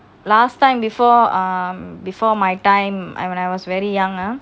last time before um before my time I when I was very young lah